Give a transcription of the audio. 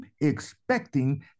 expecting